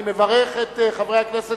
אני מברך את חברי הכנסת